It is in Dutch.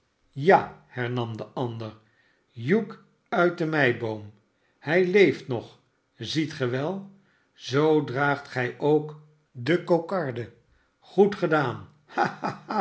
ja hernam de ander hugh uit de meiboom hij leeft nog ziet ge wel zoo draagt gij ook de kokarde goed gedaan